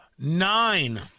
Nine